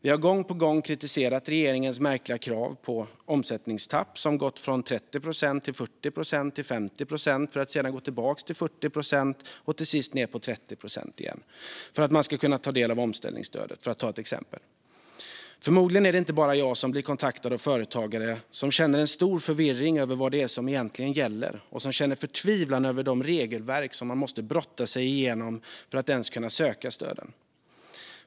Vi har gång på gång kritiserat regeringens märkliga krav på omsättningstapp, som gått från 30 procent till 40 procent och 50 procent, för att sedan gå tillbaka till 40 procent och till sist ned till 30 procent igen, för att man ska kunna ta del av omställningsstödet, för att ta ett exempel. Förmodligen är det inte bara jag som blir kontaktad av företagare som känner en stor förvirring över vad det är som egentligen gäller och som känner förtvivlan över de regelverk som de måste brotta sig igenom för att ens kunna söka stöden.